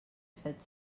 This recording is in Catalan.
set